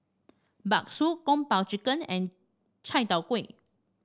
bakso Kung Po Chicken and Chai Tow Kuay